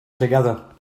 together